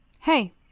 Hey